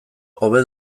hobe